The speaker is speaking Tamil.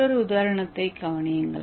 மற்றொரு உதாரணத்தைக் கவனியுங்கள்